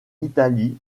italie